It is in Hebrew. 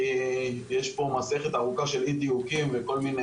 כי יש פה מסכת ארוכה של אי דיוקים וכל מיני